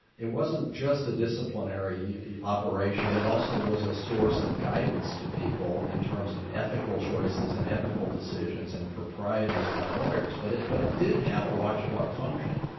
it wasn't just a disciplinary operation. it also was a source of guidance to people in terms of ethical choices and ethical decisions and proprieties by lawyers. lawyers. but it but it did have a watchdog function.